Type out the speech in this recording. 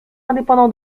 indépendants